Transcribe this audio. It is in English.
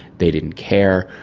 they didn't care.